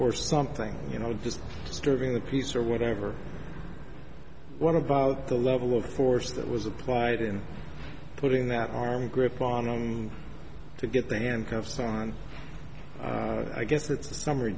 for something you know just disturbing the peace or whatever what about the level of force that was applied in putting that harm grip on him to get the handcuffs on i guess it's a summ